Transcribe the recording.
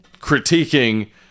critiquing